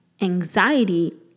anxiety